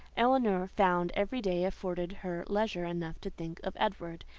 elinor found every day afforded her leisure enough to think of edward,